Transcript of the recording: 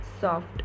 soft